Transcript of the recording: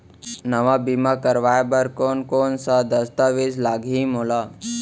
नवा बीमा करवाय बर कोन कोन स दस्तावेज लागही मोला?